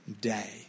day